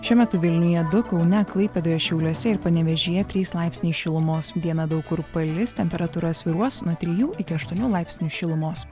šiuo metu vilniuje du kaune klaipėdoje šiauliuose ir panevėžyje trys laipsniai šilumos dieną daug kur palis temperatūra svyruos nuo trijų iki aštuonių laipsnių šilumos